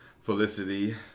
Felicity